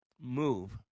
move